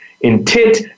Intent